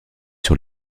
sur